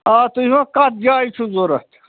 آ تُہۍ وَن کتھ جایہ چھُ ضروٗرت